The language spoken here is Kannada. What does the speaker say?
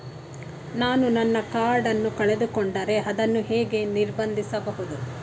ನಾನು ನನ್ನ ಕಾರ್ಡ್ ಅನ್ನು ಕಳೆದುಕೊಂಡರೆ ಅದನ್ನು ಹೇಗೆ ನಿರ್ಬಂಧಿಸಬಹುದು?